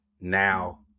now